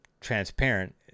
transparent